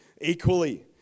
equally